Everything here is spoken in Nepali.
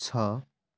छ